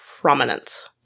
prominence